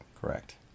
Correct